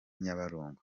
nyabarongo